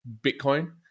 Bitcoin